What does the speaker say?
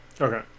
Okay